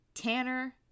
Tanner